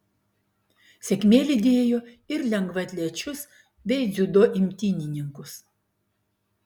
sėkmė lydėjo ir lengvaatlečius bei dziudo imtynininkus